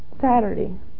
Saturday